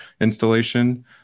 installation